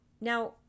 Now